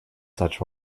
such